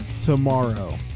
tomorrow